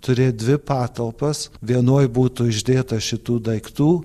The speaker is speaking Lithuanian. turėt dvi patalpas vienoj būtų išdėta šitų daiktų